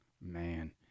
Man